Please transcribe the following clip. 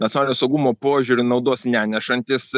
nacialinio saugumo požiūriu naudos nenešantis